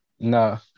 No